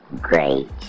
great